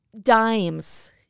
Dimes